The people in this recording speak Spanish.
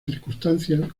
circunstancias